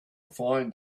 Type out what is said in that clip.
find